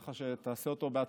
אפשר להגיד, איפה בועז,